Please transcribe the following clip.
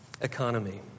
economy